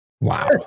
Wow